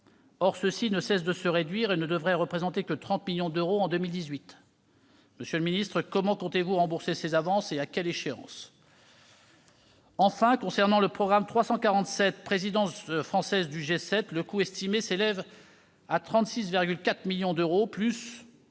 Or ceux-ci ne cessent de se réduire et ne devraient représenter que 30 millions d'euros en 2018. Comment comptez-vous rembourser ces avances et à quelle échéance ? Enfin, concernant le programme 347, « Présidence française du G7 », le coût estimé s'élève à 36,4 millions d'euros,